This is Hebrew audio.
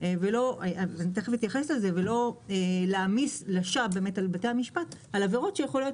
ולא להעמיס לשווא על בתי המשפט על עבירות שיכולות